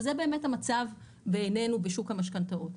וזה המצב בעינינו בשוק המשכנתאות.